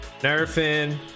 nerfing